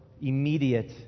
immediate